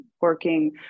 working